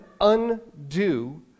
undo